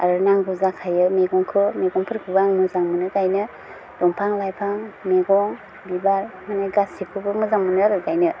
आरो नांगौ जाखायो मेगंखौ मेगंफोरखौबो आं मोजां मोनो गायनो दंफां लाइफां मेगं बिबार माने गासिबखौबो मोजां मोनो आरो गायनो